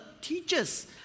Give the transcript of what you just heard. teachers